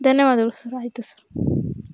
ಧನ್ಯವಾದಗಳು ಸರ್ ಆಯಿತು ಸರ್